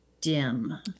dim